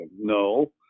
No